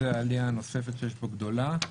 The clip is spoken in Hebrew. זו עלייה נוספת גדולה.